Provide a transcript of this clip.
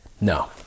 No